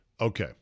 Okay